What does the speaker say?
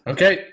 Okay